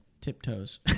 Tiptoes